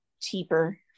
cheaper